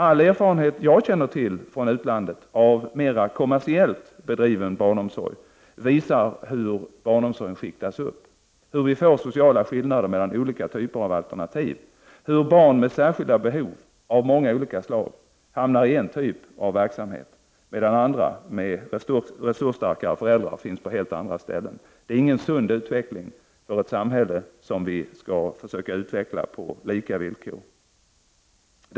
All erfarenhet jag känner till från utlandet av mera kommersiellt bedriven barnomsorg visar hur barnomsorgen skiktas upp, hur man får sociala skillnader mellan olika typer av alternativ. Barn med särskilda behov av många olika slag hamnar i en typ av verksamhet, medan andra med resursstarkare föräldrar finns på helt andra ställen. Det är ingen sund utveckling för ett samhälle som vi skall försöka utveckla på lika villkor för alla.